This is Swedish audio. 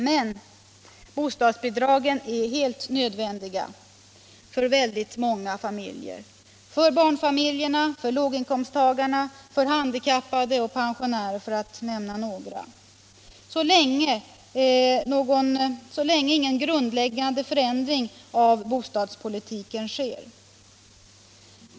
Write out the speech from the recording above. Men bostadsbidragen är helt nödvändiga för många familjer, för barnfamiljer, för låginkomsttagare, för handikappade och pensionärer, för att nämna några, så länge ingen grundläggande förändring av bostadspolitiken sker.